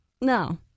No